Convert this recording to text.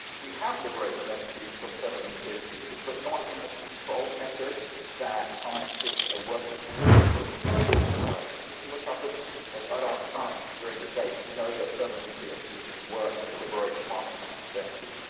we have liberated energy from thermo nuclear fusion but not in the controlled method that scientists are working towards, but we know that it works. you just look up at at our sun during the day to know that thermonuclear fusion works and it liberates vast amounts of energy.